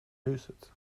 huset